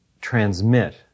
transmit